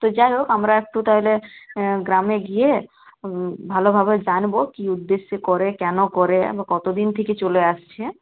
তো যাই হোক আমরা একটু তাহলে গ্রামে গিয়ে ভালোভাবে জানবো কী উদ্দেশ্যে করে কেন করে বা কতদিন থেকে চলে আসছে